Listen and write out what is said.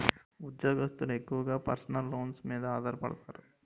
ఉద్యోగస్తులు ఎక్కువగా personal loans మీద ఆధారపడతారు